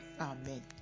amen